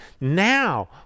now